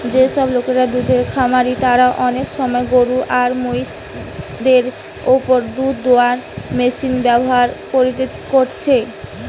যেসব লোকরা দুধের খামারি তারা অনেক সময় গরু আর মহিষ দের উপর দুধ দুয়ানার মেশিন ব্যাভার কোরছে